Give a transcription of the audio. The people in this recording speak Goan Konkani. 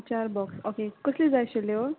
चार बोक्स ओके कसली जाय आशिल्ल्यो